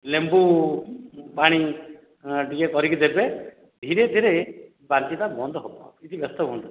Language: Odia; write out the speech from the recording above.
ଲେମ୍ବୁ ପାଣି ଟିକେ କରିକି ଦେବେ ଧୀରେ ଧୀରେ ବାନ୍ତିଟା ବନ୍ଦ ହେବ କିଛି ବ୍ୟସ୍ତ ହୁଅନ୍ତୁ ନି